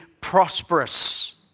prosperous